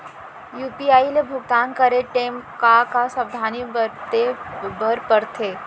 UPI ले भुगतान करे टेम का का सावधानी बरते बर परथे